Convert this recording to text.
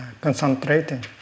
concentrating